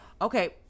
okay